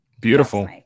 Beautiful